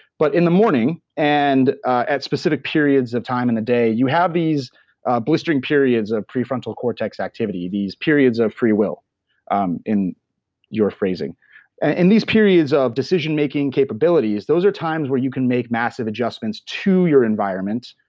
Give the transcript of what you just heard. but in the morning and at specific periods of time in a day, you have these blistering periods of prefrontal cortex activity. these periods of freewill um in your phrasing these periods of decision making capabilities, those are times where you can make massive adjustments to your environment,